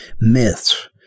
myths